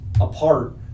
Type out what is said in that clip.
apart